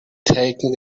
taken